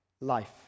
life